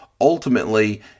ultimately